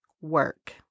work